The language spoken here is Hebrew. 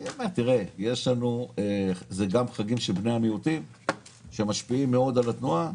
יש גם חגים של בני המיעוטים שמשפיעים מאוד על התנועה.